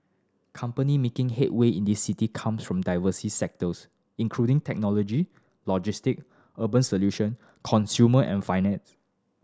company making headway in this city come from diverse sectors including technology logistic urban solution consumer and finance